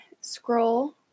scroll